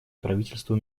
правительству